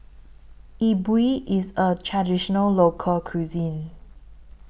Yi Bua IS A Traditional Local Cuisine